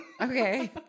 Okay